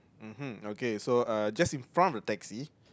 mmhmm okay so uh just in front of the taxi